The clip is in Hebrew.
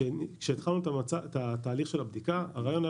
כשהתחלנו את תהליך הבדיקה הרעיון היה